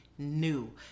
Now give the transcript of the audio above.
new